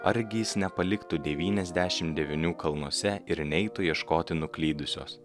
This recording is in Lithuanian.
argi jis nepaliktų devyniasdešim devynių kalnuose ir neitų ieškoti nuklydusios